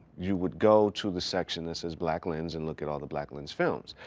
you would go to the section that says black lens and look at all the black lens films.